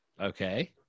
Okay